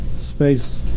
space